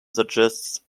suggests